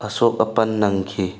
ꯑꯁꯣꯛ ꯑꯄꯟ ꯅꯪꯈꯤ